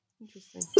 Interesting